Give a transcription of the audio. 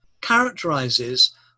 characterizes